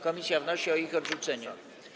Komisja wnosi o ich odrzucenie.